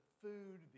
food